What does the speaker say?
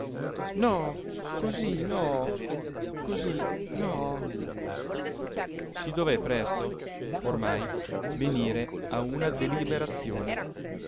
no così no così no si dové presto ormai venire a una deliberazione